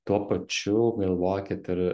tuo pačiu galvokit ir